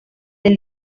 del